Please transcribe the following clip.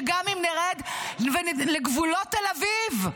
שגם אם נרד לגבולות תל-אביב,